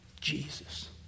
Jesus